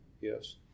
Yes